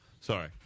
Sorry